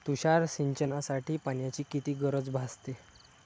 तुषार सिंचनासाठी पाण्याची किती गरज भासते?